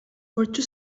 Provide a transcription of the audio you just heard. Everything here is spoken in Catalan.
porxo